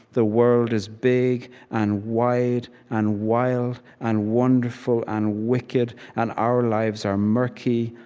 the world is big and wide and wild and wonderful and wicked, and our lives are murky,